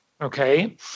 okay